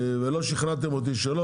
ולא שכנעתם אותי שלא,